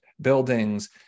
buildings